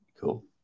Cool